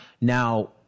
Now